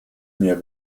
mir